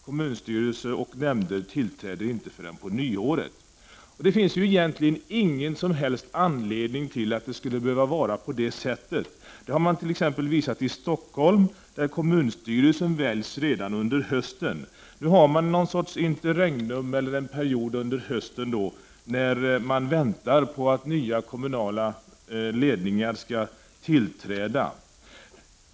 Kommunstyrelser och nämnder tillträder dock inte förrän på nyåret. Det finns egentligen ingen som helst anledning till att det skulle behöva vara på det sättet. Det har man t.ex. visat i Stockholm, där kommunstyrelsen väljs redan under hösten. Nu har man någon sorts interregnum, eller en period under hösten då man väntar på att den nya kommunala ledningen skall tillträda.